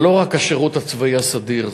זה לא רק השירות הצבאי הסדיר,